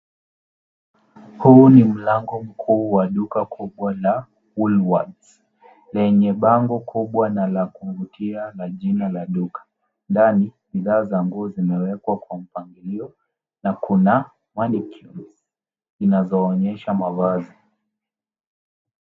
Huu ni mlango mkuu wa duka kubwa la wool worths lenye bango kubwa na la kuingia na jina la duka. Ndani bidhaa za nguo zimewekwa kwa mpangilio na kuna mannequins zinazoonyesha mavazi.